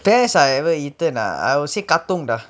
best ah I ever eaten ah I would say katong dah